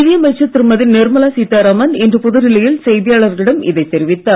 நிதியமைச்சர் திருமதி நிர்மலா சீதாராமன் இன்று புதுடெல்லியில் செய்தியாளர்களிடம் இதைத் தெரிவித்தார்